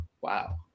Wow